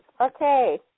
Okay